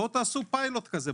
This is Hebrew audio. בואו תעשו פיילוט כזה,